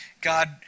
God